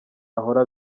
ahora